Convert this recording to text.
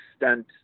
extent